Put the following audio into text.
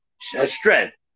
strength